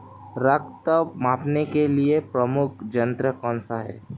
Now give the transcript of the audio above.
रक्त दाब मापने के लिए प्रयुक्त यंत्र कौन सा है?